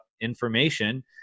information